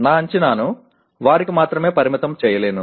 నా అంచనాను వారికి మాత్రమే పరిమితం చేయలేను